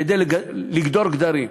כדי לגדור גדרים.